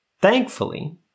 Thankfully